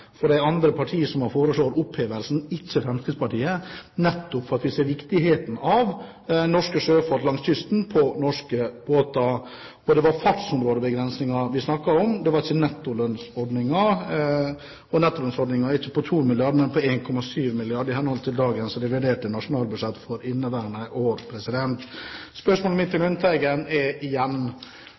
for det er andre partier som har foreslått opphevelsen, ikke Fremskrittspartiet, nettopp fordi vi ser viktigheten av norske sjøfolk langs kysten på norske båter. Det var fartsområdebegrensninger vi snakket om, det var ikke nettolønnsordningen. Nettolønnsordningen er ikke på 2 mrd. kr, men den er på 1,7 mrd. kr, i henhold til dagens reviderte nasjonalbudsjett for inneværende år. Spørsmålet mitt til Lundteigen er igjen: